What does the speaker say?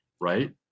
right